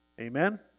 Amen